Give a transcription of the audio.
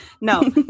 No